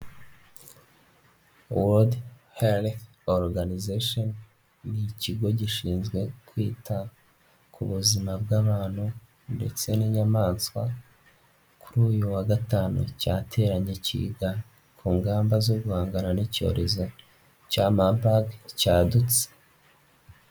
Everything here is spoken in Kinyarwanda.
World helth organization, ni ikigo gishinzwe kwita ku buzima bw'abantu ndetse n'inyamaswa, kuri uyu wa gatanu cyateranye kiga ku ngamba zo guhangana n'icyorezo cya Marbug cyadutse.